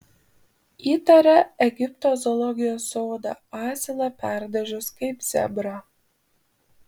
įtaria egipto zoologijos sodą asilą perdažius kaip zebrą